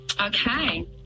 Okay